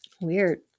Weird